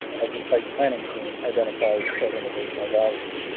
as the site planning team identifies organizational values.